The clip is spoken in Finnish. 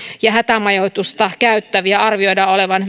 hätämajoitusta käyttäviä arvioidaan olevan